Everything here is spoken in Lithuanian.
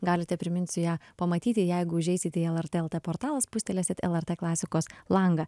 galite priminsiu ją pamatyti jeigu užeisite į lrt lt portalą spustelėsit lrt klasikos langą